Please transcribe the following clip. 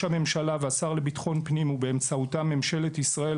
הממשלה והשר לביטחון הפנים ובאמצעותם ממשלת ישראל,